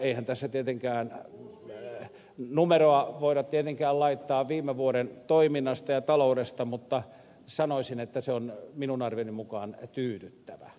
eihän tässä tietenkään numeroa voida laittaa viime vuoden toiminnasta ja taloudesta mutta sanoisin että se on minun arvioni mukaan tyydyttävä